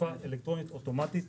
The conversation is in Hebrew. אכיפה אלקטרונית אוטומטית,